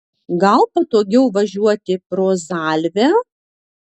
gal patogiau važiuoti pro zalvę